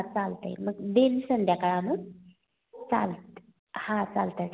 चालतंय मग देईन संध्याकाळी आणून चालतंय हां चालतंय ठेवा